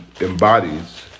embodies